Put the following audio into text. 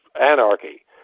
anarchy